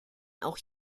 auch